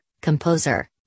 composer